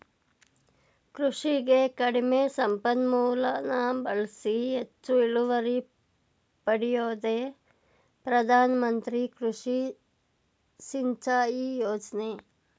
ಕೃಷಿಗೆ ಕಡಿಮೆ ಸಂಪನ್ಮೂಲನ ಬಳ್ಸಿ ಹೆಚ್ಚು ಇಳುವರಿ ಪಡ್ಯೋದೇ ಪ್ರಧಾನಮಂತ್ರಿ ಕೃಷಿ ಸಿಂಚಾಯಿ ಯೋಜ್ನೆ